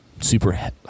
super